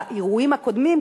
באירועים הקודמים,